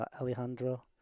Alejandro